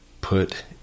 put